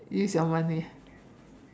use your money